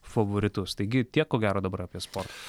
favoritus taigi tiek ko gero dabar apie sportą